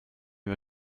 wir